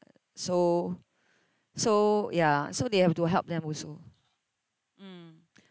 so so ya so they have to help them also mm